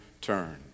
turn